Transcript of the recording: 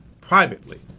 privately